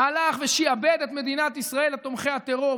הלך ושיעבד את מדינת ישראל לתומכי הטרור,